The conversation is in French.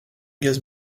gaz